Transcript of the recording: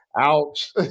Ouch